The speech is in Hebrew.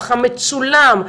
המצולם,